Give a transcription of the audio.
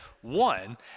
One